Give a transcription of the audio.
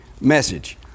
message